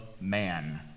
man